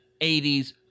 80s